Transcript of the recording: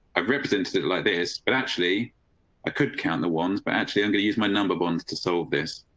i've represented it like this, but actually i could count the ones. but actually i'm gonna use my number bonds to solve this.